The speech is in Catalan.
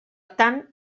tant